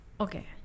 Okay